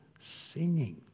Singing